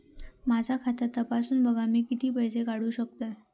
माझा खाता तपासून बघा मी किती पैशे काढू शकतय?